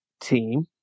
team